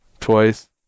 twice